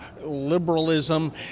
liberalism